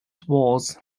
sports